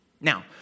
Now